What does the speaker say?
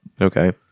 Okay